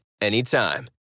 anytime